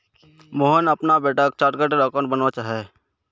सोहन अपना बेटाक chartered accountant बनवा चाह्चेय